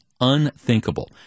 unthinkable